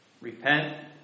repent